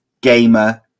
gamer